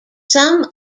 some